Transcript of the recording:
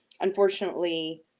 unfortunately